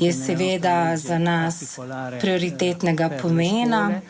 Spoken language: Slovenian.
je seveda za nas prioritetnega pomena